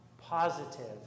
positive